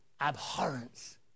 abhorrence